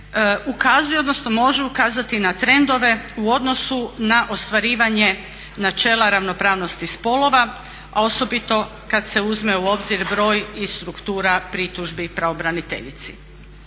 ukazuje odnosno može ukazati na trendove u odnosu na ostvarivanje načela ravnopravnosti spolova a osobito kada se uzme u obzir broj i struktura pritužbi pravobraniteljici.